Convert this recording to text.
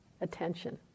attention